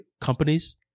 companies